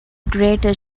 greater